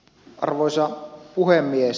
arvoisa puhemies